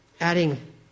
adding